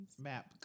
Map